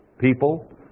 people